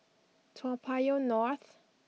Toa Payoh North